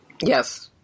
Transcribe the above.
Yes